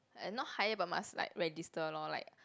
and not hire by MAS like register lor like